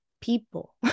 people